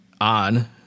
on